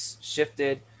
shifted